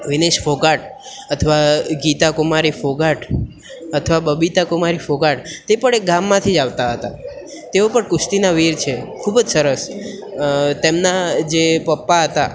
વિનેશ ફોગાટ અથવા ગીતા કુમારી ફોગાટ અથવા બબીતા કુમારી ફોગાટ તે પણ એક ગામમાંથી જ આવતાં હતાં તેઓ પણ કુશ્તીના વીર છે ખૂબ જ સરસ તેમના જે પપ્પા હતા